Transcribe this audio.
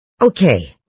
Okay